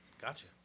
Gotcha